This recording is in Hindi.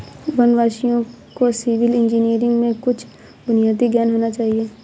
वनवासियों को सिविल इंजीनियरिंग में कुछ बुनियादी ज्ञान होना चाहिए